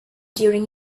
during